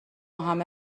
همه